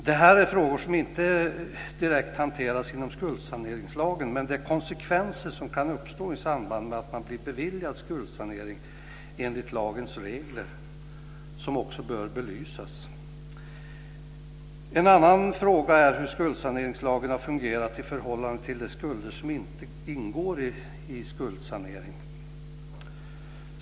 Det här är frågor som inte direkt hanteras inom skuldsaneringslagen, men det är konsekvenser som kan uppstå i samband med att man blir beviljad skuldsanering enligt lagens regler och som också bör belysas. En annan fråga är hur skuldsaneringslagen har fungerat i förhållande till de skulder som inte ingår i en skuldsanering.